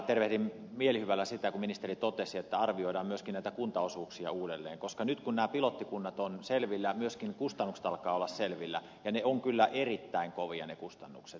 tervehdin mielihyvällä sitä kun ministeri totesi että arvioidaan myöskin näitä kuntaosuuksia uudelleen koska nyt kun nämä pilottikunnat ovat selvillä myöskin kustannukset alkavat olla selvillä ja ne ovat kyllä erittäin kovia ne kustannukset